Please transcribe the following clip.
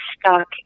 stuck